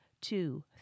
two